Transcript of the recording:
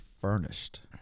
furnished